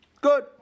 Good